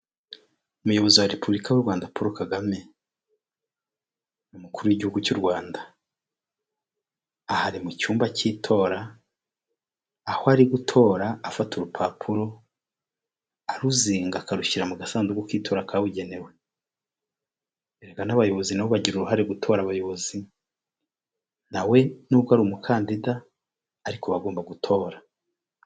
Umuyobozi wa Repubulika y'u Rwanda Paul Kagame, ni umukuru w'Igihugu cy'u Rwanda. Aha ari mu cyumba cy'itora aho ari gutora afata urupapuro aruzinga akarushyira mu gasanduku k'itora kabugenewe. Erega n'abayobozi na bo bagira uruhare gutora abayobozi. Na we nubwo ari umukandida ariko aba agomba gutora.